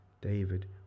David